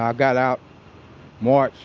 um got out march